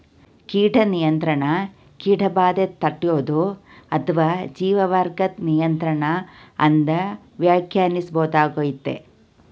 ಕೀಟ ನಿಯಂತ್ರಣ ಕೀಟಬಾಧೆ ತಡ್ಯೋದು ಅತ್ವ ಜೀವವರ್ಗದ್ ನಿಯಂತ್ರಣ ಅಂತ ವ್ಯಾಖ್ಯಾನಿಸ್ಬೋದಾಗಯ್ತೆ